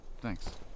thanks